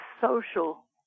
social